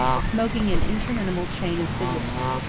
smoking an interminable chain of cigarettes.